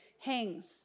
hangs